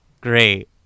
Great